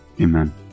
Amen